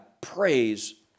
praise